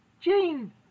Gene